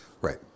right